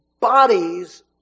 bodies